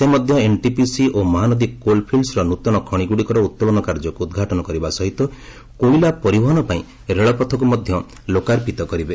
ସେ ମଧ୍ୟ ଏନ୍ଟିପିସି ଓ ମହାନଦୀ କୋଲ୍ଫିଲ୍ଡସ୍ର ନୃତନ ଖଶିଗୁଡ଼ିକର ଉତ୍ତୋଳନ କାର୍ଯ୍ୟକୁ ଉଦ୍ଘାଟନ କରିବା ସହିତ କୋଇଲା ପରିବହନ ପାଇଁ ରେଳପଥକୁ ମଧ୍ୟ ଲୋକାର୍ପିତ କରିବେ